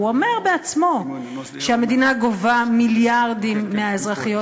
הוא אומר בעצמו שהמדינה גובה מיליארדים מהאזרחיות